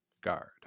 guard